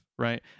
right